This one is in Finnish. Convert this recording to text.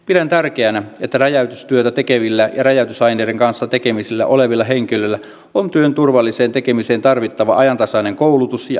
pidän tärkeänä että räjäytystyötä tekevillä ja räjäytysaineiden kanssa tekemisissä olevilla henkilöillä on työn turvalliseen tekemiseen tarvittava ajantasainen koulutus ja ammattitaito